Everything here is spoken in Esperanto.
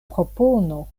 propono